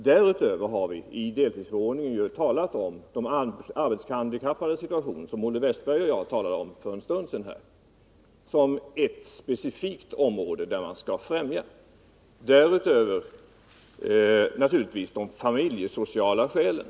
Därutöver upptas i deltidsförordningen de arbetshandikappades situation —- som Olle Wästberg i Stockholm och jag här talade om för en stund sedan — som ett specifikt område som man skall främja, och vidare naturligtvis de familjesociala skälen.